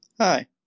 hi